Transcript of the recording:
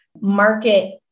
market